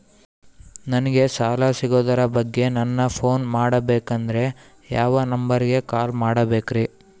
ನಂಗೆ ಸಾಲ ಸಿಗೋದರ ಬಗ್ಗೆ ನನ್ನ ಪೋನ್ ಮಾಡಬೇಕಂದರೆ ಯಾವ ನಂಬರಿಗೆ ಕಾಲ್ ಮಾಡಬೇಕ್ರಿ?